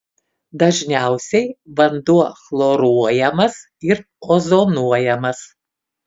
dažniausiai vanduo chloruojamas ir ozonuojamas